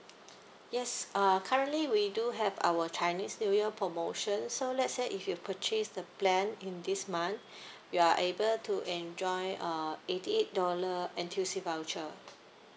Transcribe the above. yes uh currently we do have our chinese new year promotion so let's say if you purchase the plan in this month you are able to enjoy uh eighty eight dollar N_T_U_C voucher